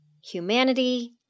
humanity